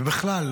ובכלל,